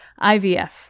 IVF